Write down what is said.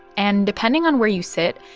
and depending on where you sit,